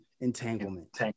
entanglement